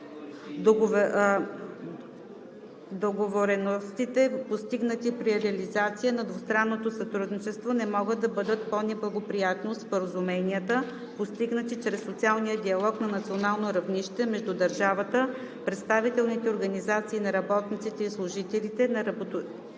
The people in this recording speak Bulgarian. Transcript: Договореностите, постигнати при реализацията на двустранното сътрудничество, не могат да бъдат по-неблагоприятни от споразуменията, постигнати чрез социалния диалог на национално равнище, между държавата, представителните организации на работниците и служителите на работодателите.“